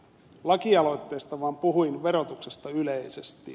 lakialoitteista vaan puhuin verotuksesta yleisesti